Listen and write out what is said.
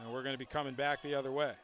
and we're going to be coming back the other way